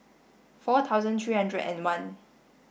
four thousand three hundred and one